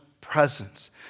presence